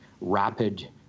rapid